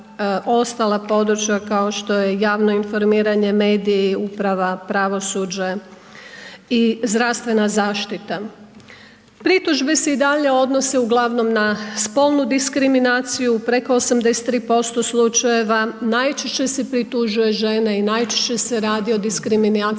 ostala područja kao što je javno informiranje, mediji, uprava, pravosuđe i zdravstvena zaštita. Pritužbe se i dalje odnose uglavnom na spolnu diskriminaciju preko 83% slučajeva, najčešće se pritužuje žene i najčešće se radi o diskriminaciji